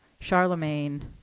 Charlemagne